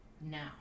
now